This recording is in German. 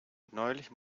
neulich